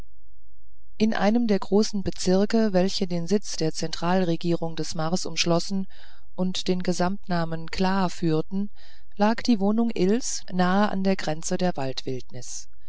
in einem der großen bezirke welche den sitz der zentralregierung des mars umschlossen und den gesamtnamen kla führten lag die wohnung ills nahe an der grenze der waldwildnis